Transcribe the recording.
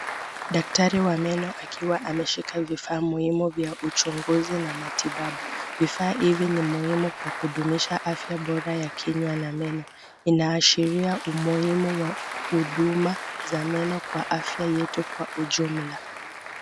Daktari wa meno akiwa ameshika vifaa muhimu vya uchunguzi na matibabu, vifaa hivi ni muhimu kwa kudumisha afya bora ya kinywa na meno, inaashiria umuhimu wa huduma za meno kwa afya yetu kwa ujumla.